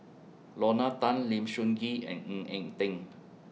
Lorna Tan Lim Sun Gee and Ng Eng Teng